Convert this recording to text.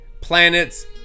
planets